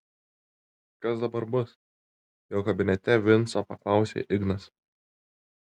kas dabar bus jau kabinete vincą paklausė ignas